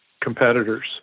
competitors